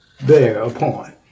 thereupon